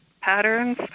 patterns